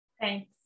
Thanks